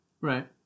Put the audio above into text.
Right